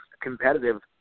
competitive